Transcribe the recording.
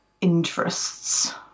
interests